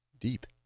Deep